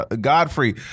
Godfrey